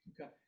Okay